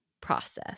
process